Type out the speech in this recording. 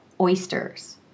oysters